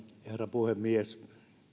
herra puhemies